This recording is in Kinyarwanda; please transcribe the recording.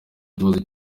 ikibazo